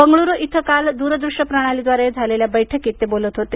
बंगळूरू इथं काल दूरदृष्य प्रणालीद्वारे झालेल्या बैठकीत ते बोलत होते